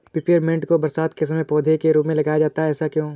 Peppermint को बरसात के समय पौधे के रूप में लगाया जाता है ऐसा क्यो?